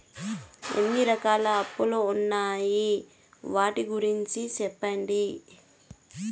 ఎన్ని రకాల అప్పులు ఉన్నాయి? వాటి గురించి సెప్పండి?